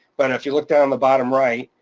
but if you look down the bottom right,